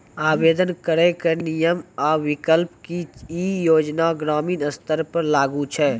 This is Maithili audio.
आवेदन करैक नियम आ विकल्प? की ई योजना ग्रामीण स्तर पर लागू छै?